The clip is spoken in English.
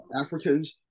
Africans